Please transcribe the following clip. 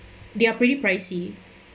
they are pretty pricey